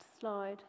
slide